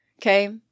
okay